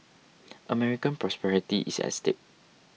American prosperity is at stake